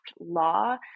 law